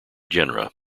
genera